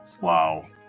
Wow